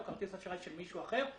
או כרטיס אשראי של מישהו אחר,